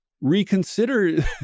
reconsider